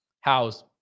house